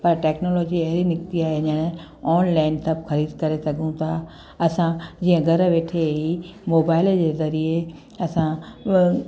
पर टैक्नोलॉजी अहिड़ी निकिती आहे हीअंर ऑनलाइन सभु ख़रीदु करे सघूं था असां जीअं घरु वेठे हीअ मोबाइल जे ज़रिए असां उहा